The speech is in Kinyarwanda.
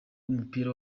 w’umupira